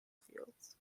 fields